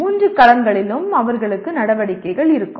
மூன்று களங்களிலும் அவர்களுக்கு நடவடிக்கைகள் இருக்கும்